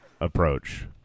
approach